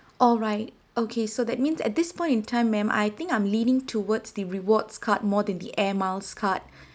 alright okay so that means at this point in time ma'am I think I'm leaning towards the rewards card more than the air miles card